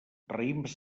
raïms